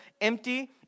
empty